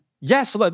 Yes